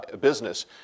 business